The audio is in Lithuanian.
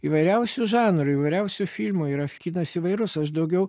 įvairiausių žanrų įvairiausių filmų yra kinas įvairus aš daugiau